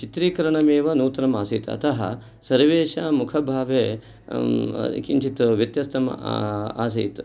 चित्रीकरणमेव नूतनम् आसीत् अतः सर्वेषां मुखभावे किञ्चित् व्यत्यस्तम् आसीत्